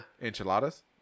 Enchiladas